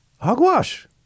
Hogwash